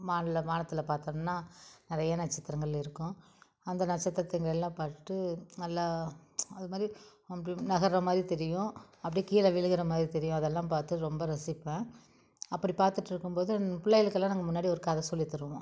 மாடியில வானத்தில் பார்த்தம்ன்னா நிறைய நட்சத்திரங்கள் இருக்கும் அந்த நட்சத்திரத்துங்களெல்லாம் பார்த்துட்டு நல்லா அதுமாதிரி நம்மளுக்கு நகர்றமாதிரி தெரியும் அப்படே கீழே விழுகுறமாரி தெரியும் அதெல்லாம் பார்த்து ரொம்ப ரசிப்பேன் அப்படி பார்த்துட்ருக்கம்போது பிள்ளைகளுக்கெல்லாம் நாங்கள் முன்னாடி ஒரு கதை சொல்லித்தருவோம்